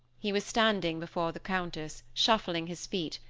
he was standing before the countess, shuffling his feet,